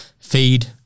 feed